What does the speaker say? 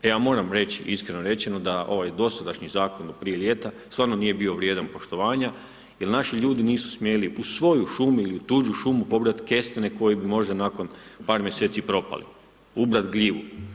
Ja moram reći, iskreno reći da ovaj dosadašnji zakon prije ljeta stvarno nije bio vrijedan poštovana, jer naši ljudi nisu smjeli u svoju šumu ili u tuđu šumu pobrati kestene koje bi možda nakon par mjeseci propali, ubrati gljivu.